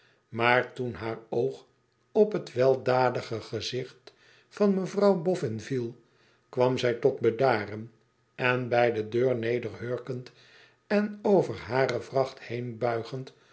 maar toen haar oog op het weldadige gezicht van mevrouw boffin viel kwam zij tot bedaren en bij de deur nederhurkend en over hare vracht